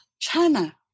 China